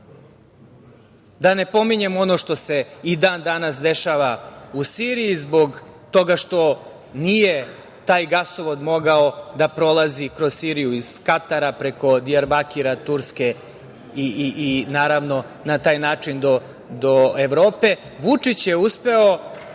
Da ne pominjem ono što se i dan danas dešava u Siriji, zbog toga što nije taj gasovod mogao da prolazi kroz Siriju iz Katara preko Dijarbakira, Turske i naravno, na taj način do Evrope. Vučić je uspeo